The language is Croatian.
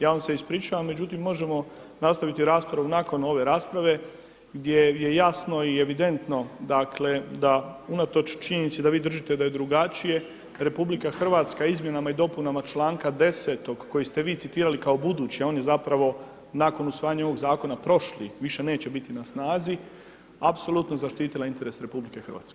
Ja vam se ispričavam, međutim, možemo nastaviti raspravu nakon ove rasprave gdje je jasno i evidentno, dakle, da unatoč činjenici da vi držite da je drugačije, RH izmjenama i dopunama čl. 10. koji ste vi citirali kao budući, on je zapravo, nakon usvajanja ovog zakona, prošli, više neće biti na snazi, apsolutno zaštitila interes RH.